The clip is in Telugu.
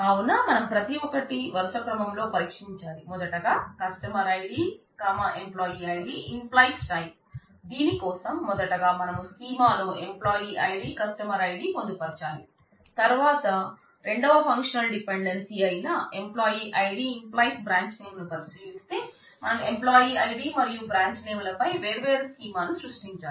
కావున మనం ప్రతి ఒకటి వరుస క్రమంలో పరీక్షించాలి మొదటగా లపై వేర్వేరు స్కీమా ను సృష్టించాలి